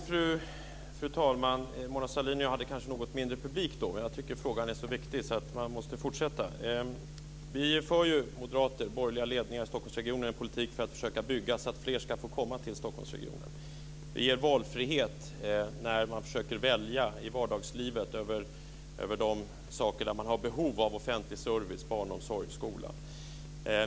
Fru talman! Mona Sahlin och jag kanske hade något mindre publik vid den förra diskussionen. Jag tycker att frågan är så viktig att man måste fortsätta diskussionen. Vi moderater i borgerliga ledningar i Stockholmsregionen för en politik för att försöka bygga så att fler ska få komma till Stockholmsregionen. Det ger valfrihet när man i vardagslivet försöker välja mellan de saker man har behov av, offentlig service, barnomsorg och skola.